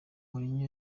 mourinho